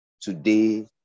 today